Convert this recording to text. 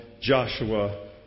Joshua